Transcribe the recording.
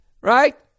Right